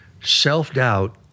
self-doubt